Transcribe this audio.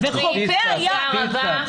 תודה רבה.